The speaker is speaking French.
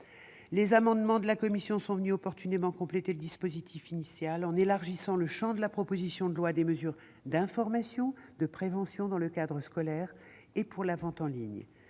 Les amendements de la commission sont venus opportunément compléter le dispositif initial en élargissant le champ de la proposition de loi à des mesures d'information et de prévention dans le cadre scolaire ou pour la vente en ligne.